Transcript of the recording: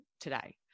today